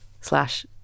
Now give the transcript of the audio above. slash